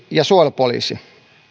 ja suojelupoliisi